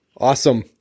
Awesome